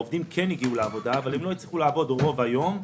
העובדים כן הגיעו לעבודה אבל לא הצליחו לעבוד במשך רוב היום,